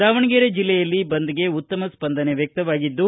ದಾವಣಗೆರೆ ಜಿಲ್ಲೆಯಲ್ಲಿ ಬಂದ್ಗೆ ಉತ್ತಮ ಸ್ಪಂದನೆ ವ್ವಕ್ತವಾಗಿದ್ದು